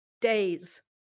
days